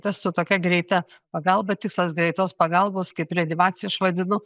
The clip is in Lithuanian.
tas su tokia greita pagalba tikslas greitos pagalbos kaip reanimacija aš vadinu